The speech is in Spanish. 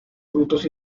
frutos